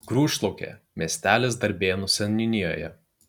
grūšlaukė miestelis darbėnų seniūnijoje